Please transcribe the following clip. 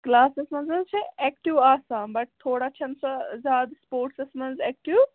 کٕلاسَس منٛز حظ چھےٚ اٮ۪کٹِو آسان بَٹ تھوڑا چھَنہٕ سۄ زیادٕ سٕپوٹسَس منٛز اٮ۪کٹِو